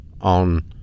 on